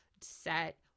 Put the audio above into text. Set